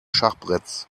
schachbretts